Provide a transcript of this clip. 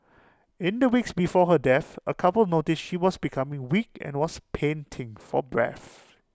in the weeks before her death A couple noticed she was becoming weak and was panting for breath